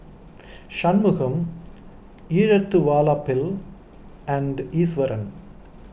Shunmugam Elattuvalapil and Iswaran